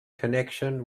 connection